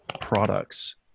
products